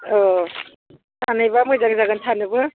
औ सानैबा मोजां जागोन थानोबो